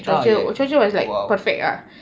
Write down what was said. ha ya ya !wow!